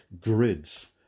grids